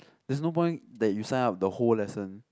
there's no point that you sign up the whole lesson